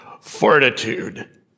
fortitude